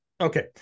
okay